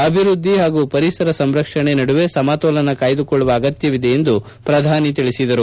ಅಭಿವೃದ್ಲಿ ಹಾಗೂ ಪರಿಸರ ಸಂರಕ್ಷಣೆ ನಡುವೆ ಸಮತೋಲನ ಕಾಯ್ಲುಕೊಳ್ಳಲು ಸಾಧ್ಯವಿದೆ ಎಂದು ಪ್ರಧಾನಿ ಹೇಳಿದರು